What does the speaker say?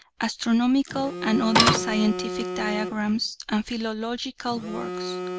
astronomical and other scientific diagrams and philological works.